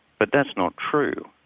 but that's not true.